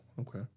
Okay